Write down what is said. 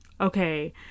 okay